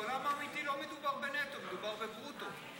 בעולם האמיתי לא מדובר בנטו, מדובר בברוטו.